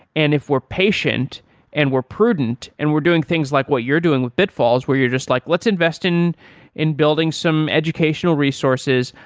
and if we're patient and we're prudent and we're doing things like what you're doing with bitfalls, where you're just like, let's invest in in building some educational resources.